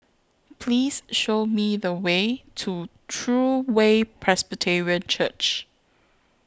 Please Show Me The Way to True Way Presbyterian Church